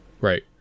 Right